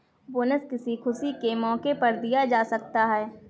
bonus किसी खुशी के मौके पर दिया जा सकता है